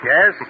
Yes